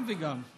גם וגם.